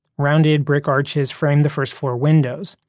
rounded brick arches frame the first-floor windows,